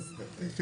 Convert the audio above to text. עוד